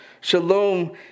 Shalom